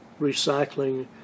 recycling